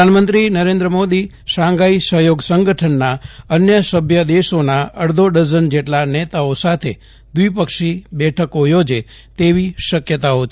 પ્રધાનમંત્રી મોદી શાંઘાઇ સહયોગ સંગઠનના અન્ય સભ્ય દેશોના અડધો ડઝન જેટલા નેતાઓ સાથે દ્વિપક્ષી બેઠકો યોજે તેવી શક્યતાઓ છે